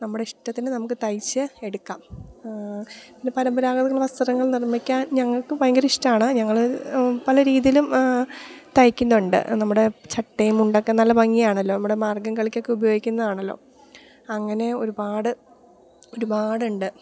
നമ്മുടെ ഇഷ്ടത്തിന് നമുക്കു തയ്ച്ചെടുക്കാം പിന്നെ പരമ്പരാഗത വസ്ത്രങ്ങൾ നിർമ്മിക്കാൻ ഞങ്ങൾക്ക് ഭയങ്കരിഷ്ടമാണ് ഞങ്ങള് പല രീതിയിലും തയ്ക്കുന്നുണ്ട് നമ്മുടെ ചട്ടേമ്മുണ്ടുമൊക്കെ നല്ല ഭംഗിയാണല്ലോ നമ്മുടെ മാർഗ്ഗംകളിക്കൊക്കെ ഉപയോഗിക്കുന്നതാണല്ലോ അങ്ങനെ ഒരുപാട് ഒരുപാടുണ്ട്